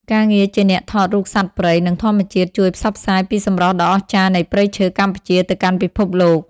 ការងារជាអ្នកថតរូបសត្វព្រៃ និងធម្មជាតិ ជួយផ្សព្វផ្សាយពីសម្រស់ដ៏អស្ចារ្យនៃព្រៃឈើកម្ពុជាទៅកាន់ពិភពលោក។